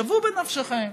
שוו בנפשכם,